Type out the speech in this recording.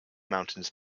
mountains